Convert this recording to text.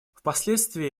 впоследствии